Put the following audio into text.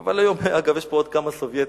אבל היום, אגב, יש פה עוד כמה סובייטים.